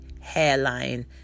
hairline